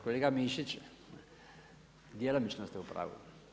Kolega Mišić, djelomično ste u pravu.